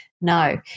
no